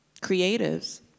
creatives